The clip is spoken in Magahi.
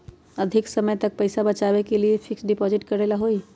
अधिक समय तक पईसा बचाव के लिए फिक्स डिपॉजिट करेला होयई?